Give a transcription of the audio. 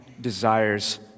desires